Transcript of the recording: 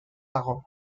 dago